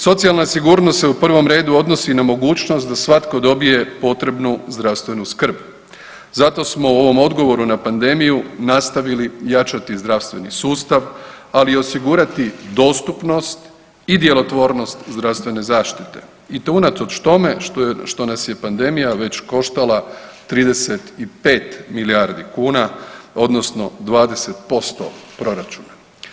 Socijalna sigurnost se u prvom redu odnosi i na mogućnost da svatko dobije potrebnu zdravstvenu skrb, zato smo u ovom odgovoru na pandemiju nastavili jačati zdravstveni sustav, ali i osigurati dostupnost i djelotvornost zdravstvene zaštite i to unatoč tome što nas je pandemija već koštala 35 milijardi kuna, odnosno 20% proračuna.